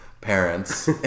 parents